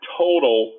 total